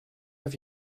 have